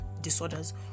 disorders